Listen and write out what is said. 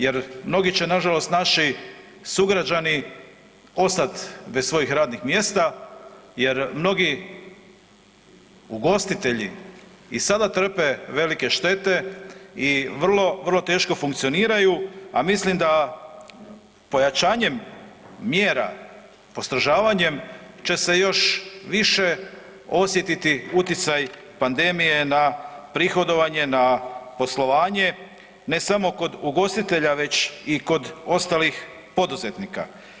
Jer mnogi će na žalost naši sugrađani ostati bez svojih radnih mjesta, jer mnogi ugostitelji i sada trpe velike štete i vrlo, vrlo teško funkcioniraju, a mislim da pojačanjem mjera, postrožavanjem će se još više osjetiti utjecaj pandemije na prihodovanje, na poslovanje, ne samo kod ugostitelja već i kod ostalih poduzetnika.